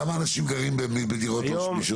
כמה אנשים גרים בדירות לא שמישות?